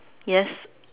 yes